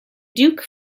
duke